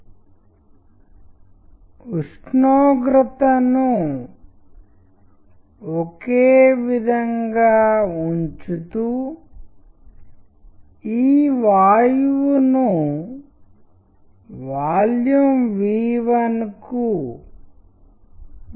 దాని నుండి చాలా భిన్నమైన మరొక ఉదాహరణ ఇక్కడ ఉంది శూన్యత ఒక రకంగా వ్యాపించి ఉంది మరియు శూన్యత వ్యాపించడం ద్వారా ప్రభావం సృష్టించబడుతుంది